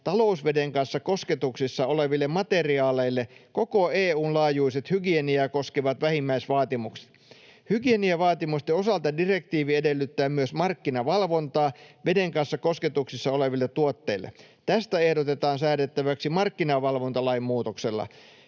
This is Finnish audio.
talousveden kanssa kosketuksissa oleville materiaaleille koko EU:n laajuiset hygieniaa koskevat vähimmäisvaatimukset. Hygieniavaatimusten osalta direktiivi edellyttää myös markkinavalvontaa veden kanssa kosketuksissa oleville tuotteille. Tästä ehdotetaan säädettäväksi markkinavalvontalain muutoksella,